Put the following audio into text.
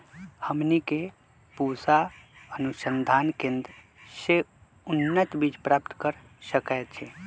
हमनी के पूसा अनुसंधान केंद्र से उन्नत बीज प्राप्त कर सकैछे?